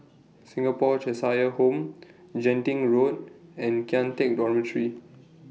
Singapore Cheshire Home Genting Road and Kian Teck Dormitory